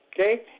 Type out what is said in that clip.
okay